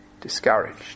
discouraged